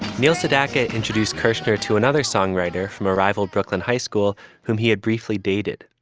neil sedaka introduced kershner to another songwriter from a rival brooklyn high school whom he had briefly dated,